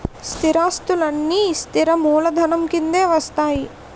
స్థిరాస్తులన్నీ స్థిర మూలధనం కిందే వస్తాయి